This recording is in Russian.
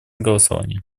голосования